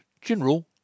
General